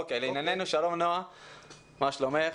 לענייננו, שלום, נועה, מה שלומך?